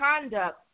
conduct